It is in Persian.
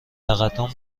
تقدم